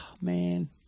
man